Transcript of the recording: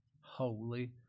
Holy